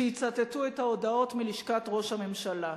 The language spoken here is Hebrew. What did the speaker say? שיצטטו את ההודעות מלשכת ראש הממשלה.